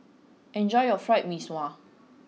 enjoy your fried mee sua